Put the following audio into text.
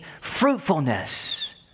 fruitfulness